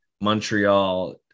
Montreal